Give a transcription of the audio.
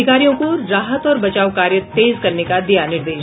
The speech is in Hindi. अधिकारियों को राहत और बचाव कार्य तेज करने का दिया निर्देश